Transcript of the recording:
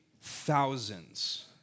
thousands